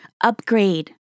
Upgrade